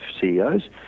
CEOs